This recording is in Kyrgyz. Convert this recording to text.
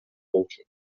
болчу